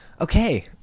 okay